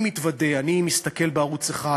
אני מתוודה: אני מסתכל בערוץ 1,